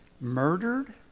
murdered